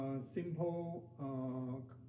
simple